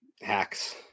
hacks